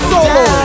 Solo